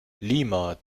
lima